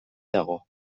dago